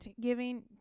giving